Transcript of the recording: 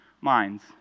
minds